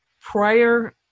prior